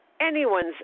anyone's